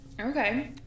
Okay